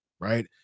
right